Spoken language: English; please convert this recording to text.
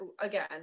again